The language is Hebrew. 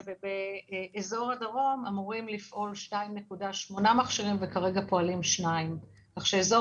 באזור הדרום אמורים לפעול 2.8 מכשירים וכרגע פועלים 2. אזור